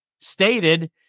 stated